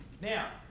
Now